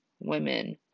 women